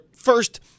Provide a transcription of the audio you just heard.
First